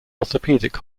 orthopaedic